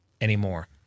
anymore